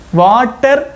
water